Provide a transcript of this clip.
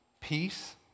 Peace